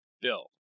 Bill